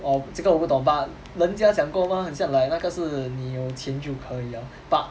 um 这个我不懂 but 人家讲过 mah 很像 like 那个是你有钱就可以 liao but